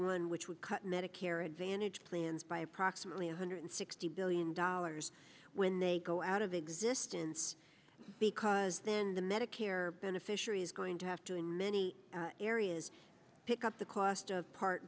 one which would cut medicare advantage plans by approximately one hundred sixty billion dollars when they go out of existence because then the medicare beneficiary is going to have to in many areas pick up the cost of part